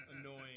annoying